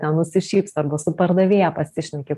ten nusišypso arba su pardavėja pasišneki